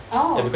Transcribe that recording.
oh